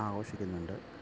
ആഘോഷിക്കുന്നുണ്ട്